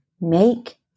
Make